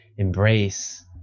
embrace